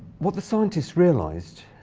what the scientists realized